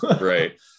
Right